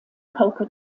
poker